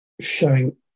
showing